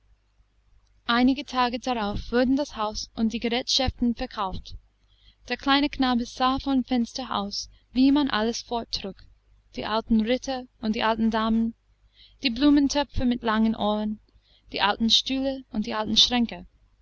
einige tage darauf wurden das haus und die gerätschaften verkauft der kleine knabe sah von seinem fenster aus wie man alles forttrug die alten ritter und die alten damen die blumentöpfe mit langen ohren die alten stühle und die alten schränke